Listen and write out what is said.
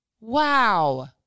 Wow